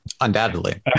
Undoubtedly